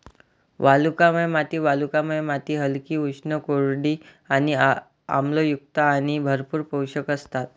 वालुकामय माती वालुकामय माती हलकी, उष्ण, कोरडी आणि आम्लयुक्त आणि भरपूर पोषक असतात